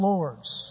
Lord's